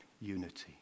unity